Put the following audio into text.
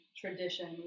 tradition